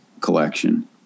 collection